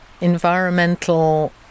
environmental